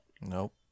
Nope